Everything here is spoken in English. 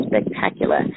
spectacular